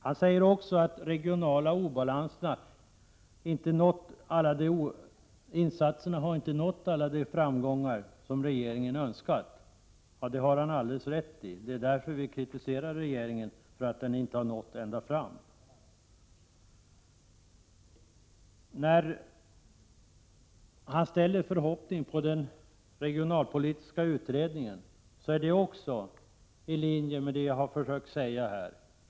Han säger också att insatserna inte har nått alla de framgångar som regeringen önskat. Det har han rätt i. Det är därför vi kritiserar regeringen för att den inte har nått ända fram. När industriministern ställer förhoppningar på den regionalpolitiska utredningen, är det också i linje med det jag har försökt säga här.